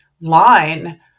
line